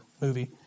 movie